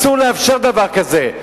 אסור לאפשר דבר כזה.